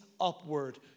upward